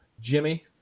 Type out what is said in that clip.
jimmy